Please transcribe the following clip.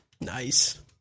nice